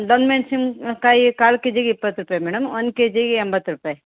ದೊಡ್ ಮೆಣ್ಸಿನ ಕಾಯಿ ಕಾಲು ಕೆ ಜಿಗೆ ಇಪ್ಪತ್ತು ರೂಪಾಯಿ ಮೇಡಮ್ ಒನ್ ಕೆ ಜಿಗೆ ಎಂಬತ್ತು ರೂಪಾಯಿ